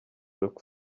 look